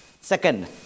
Second